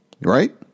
Right